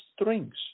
strings